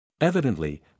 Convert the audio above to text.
Evidently